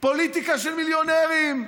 פוליטיקה של מיליונרים,